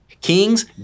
Kings